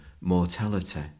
mortality